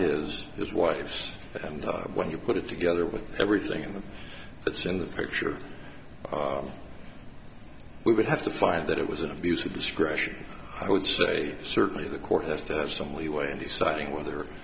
his his wife's and when you put it together with everything that's in the picture we would have to find that it was an abuse of discretion i would say certainly the court has to have some leeway and deciding whether